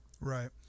right